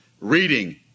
reading